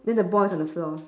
then the ball is on the floor